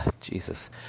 Jesus